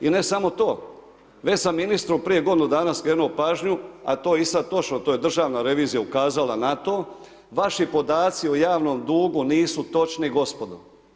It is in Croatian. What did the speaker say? I ne samo to, već sam ministru prije godinu dana skrenuo pažnju, a i to je sada točno, to je državna revizija ukazala na to, vaši podaci o javnom dugu nisu točni, gospodo.